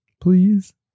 please